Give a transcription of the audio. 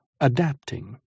adapting